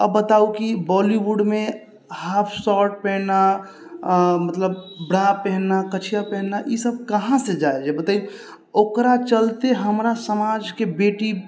आब बताउ कि बॉलीवुडमे हाफ शोर्ट पहनना मतलब ब्रा पहनना कछिआ पहनना ई सब कहाँ से जायज हइ बतैयौ ओकरा चलते हमरा समाजके बेटी